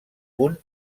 punt